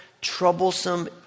troublesome